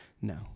No